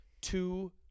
two